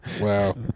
Wow